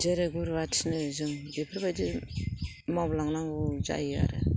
जेरै गुरुवा थिनो जों बेफोरबायदि मावलांनांगौ जायो आरो